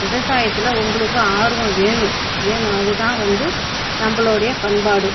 விவசாயத்துல உங்களுக்கு ஆர்வம் வேணும் வேணும் அது தான் வந்து நம்மளோடைய பண்பாடு